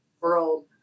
world